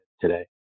today